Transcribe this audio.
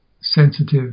sensitive